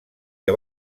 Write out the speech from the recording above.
que